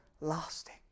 lasting